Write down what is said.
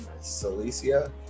Silesia